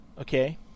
Okay